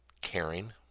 caring